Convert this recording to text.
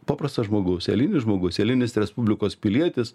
paprasto žmogaus eilinis žmogus eilinis respublikos pilietis